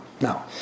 now